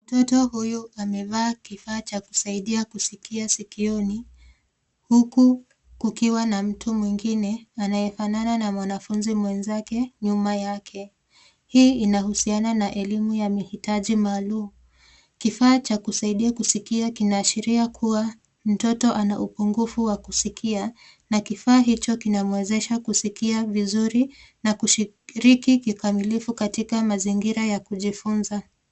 Mtoto huyu amevaa kifaa cha kusaidia kusikia sikioni huku kukiwa na mtu mwingine anayefanana na mwanafunzi mwenzake nyuma yake. Hii inahusiana na elimu ya mahitaji maalum. Kifaa cha kusaidia kusikia kinaashiria kuwa mtoto ana upungufu wa kusikia na kifaa hicho kinamwezesha kusikia vizuri na kushiriki kikamilifu katika mazingira ya kujifunza.